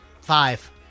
Five